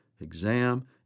exam